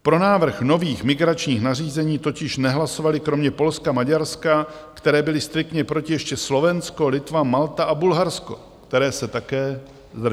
Pro návrh nových migračních nařízení totiž nehlasovaly kromě Polska, Maďarska, které byly striktně proti, ještě Slovensko, Litva, Malta a Bulharsko, které se také zdržely.